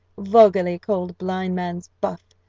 vulgarly called blind man's buff,